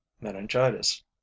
meningitis